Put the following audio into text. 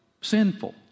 sinful